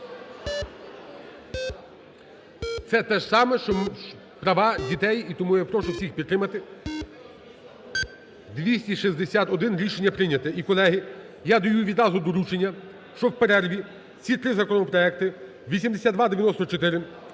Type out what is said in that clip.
Це те ж саме, що права дітей. І тому я прошу всіх підтримати. 13:32:51 За-261 Рішення прийнято. І, колеги, я даю відразу доручення, щоб в перерві ці три законопроекти: 8294,